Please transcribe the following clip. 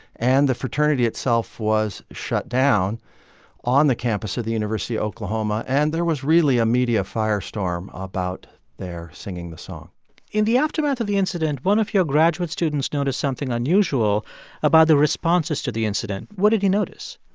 and the fraternity itself was shut down on the campus of the university of oklahoma. and there was really a media firestorm about their singing the song in the aftermath of the incident, one of your graduate students noticed something unusual about the responses to the incident. what did he notice?